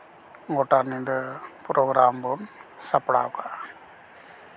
ᱜᱳᱴᱟ ᱧᱤᱫᱟᱹ ᱯᱨᱳᱜᱨᱟᱢ ᱵᱚᱱ ᱥᱟᱯᱲᱟᱣ ᱠᱟᱜᱼᱟ